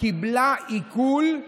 קיבלה עיקול,